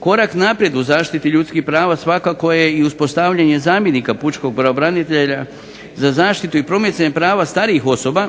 Korak naprijed u zaštiti ljudskih prava svakako je i uspostavljanje zamjenika pučkog pravobranitelja za zaštitu i promicanje prava starijih osoba